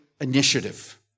initiative